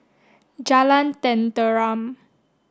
Jalan Tenteram